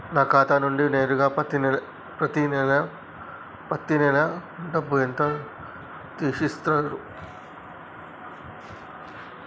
నా ఖాతా నుండి నేరుగా పత్తి నెల డబ్బు ఎంత తీసేశిర్రు?